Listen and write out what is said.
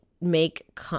make